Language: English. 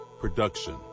production